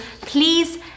please